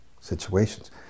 situations